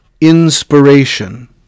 inspiration